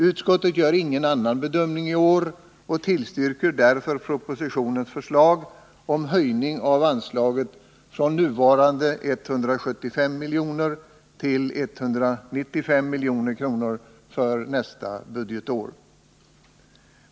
Utskottet gör ingen annan bedömning i år och tillstyrker därför propositionens förslag om höjning av anslaget från nuvarande 175 milj.kr. till 195 milj.kr. för nästa budgetår.